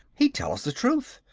he'd tell us the truth!